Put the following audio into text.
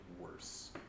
worse